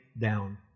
down